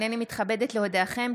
הינני מתכבדת להודיעכם,